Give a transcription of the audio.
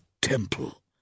Temple